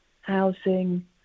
housing